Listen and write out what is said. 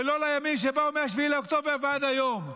ולא לימים שבאו מ-7 באוקטובר ועד היום.